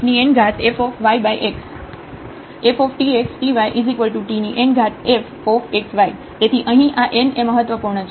xnfyx f tx tytn f x y તેથી અહીં આ n એ મહત્વપૂર્ણ છે